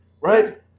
right